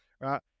right